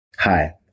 Hi